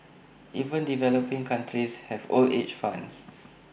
even developing countries have old age funds